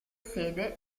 sede